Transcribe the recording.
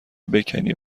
بکنی